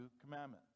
commandments